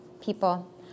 people